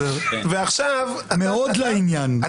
מאוד לעניין.